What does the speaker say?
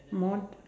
mod~